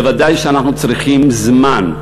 בוודאי שאנחנו צריכים זמן,